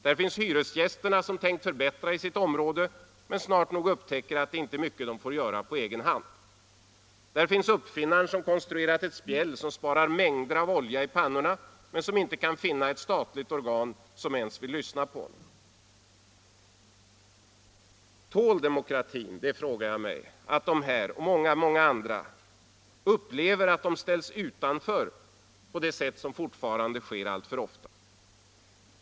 Där finns hyresgästerna som tänkt förbättra i sitt område — men som snart nog upptäcker att det inte är mycket de får göra på egen hand. Där finns uppfinnaren som konstruerat ett spjäll som sparar mängder av olja i pannorna —- men som inte kan finna ett statligt organ som ens vill lyssna på honom. Tål demokratin — det frågar jag mig — att de här och många, många andra upplever att de ställs utanför så som det fortfarande sker alltför ofta?